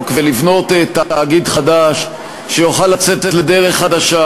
ולבנות תאגיד חדש שיוכל לצאת לדרך חדשה,